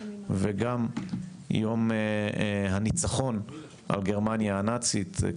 וגם יום הניצחון על גרמניה הנאצית.